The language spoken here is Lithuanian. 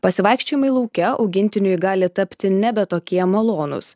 pasivaikščiojimai lauke augintiniui gali tapti nebe tokie malonūs